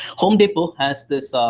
home depot has this